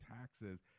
taxes